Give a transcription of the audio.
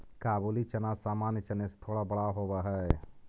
काबुली चना सामान्य चने से थोड़ा बड़ा होवअ हई